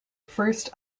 first